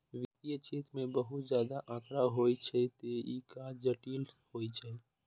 वित्तीय क्षेत्र मे बहुत ज्यादा आंकड़ा होइ छै, तें ई काज जटिल होइ छै